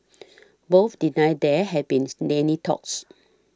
both denied there had been any talks